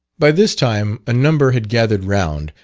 by this time a number had gathered round,